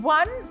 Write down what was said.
one